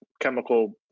chemical